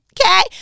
okay